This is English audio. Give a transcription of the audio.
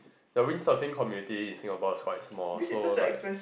the wind surfing community in Singapore is quite small so like